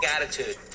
Attitude